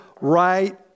right